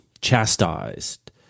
chastised